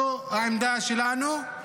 זו העמדה שלנו.